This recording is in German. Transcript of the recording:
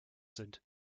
sind